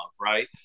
right